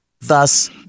thus